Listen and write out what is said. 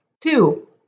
Two